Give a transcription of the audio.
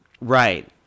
right